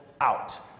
out